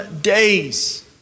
days